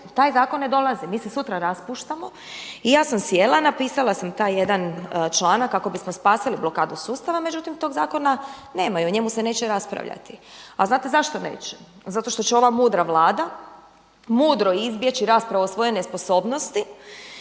Taj zakon ne dolazi. Mi se sutra raspuštamo i ja sam sjela, napisala sam taj jedan članak kako bismo spasili blokadu sustava, međutim tog zakona nema i o njemu se neće raspravljati. A znate zašto neće? Zato što će ova mudra Vlada mudro izbjeći raspravu o svojoj nesposobnosti